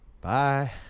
Bye